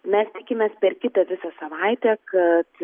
mes tikimės per kitą visą savaitę kad